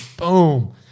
Boom